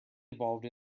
evolved